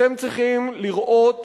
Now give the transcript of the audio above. אתם צריכים לראות